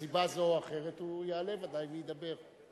מסיבה זו או אחרת, הוא ודאי יעלה וידבר.